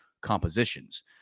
compositions